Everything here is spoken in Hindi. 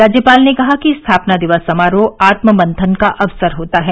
राज्यपाल ने कहा कि स्थापना दिवस समारोह आत्ममंथन का अवसर होता है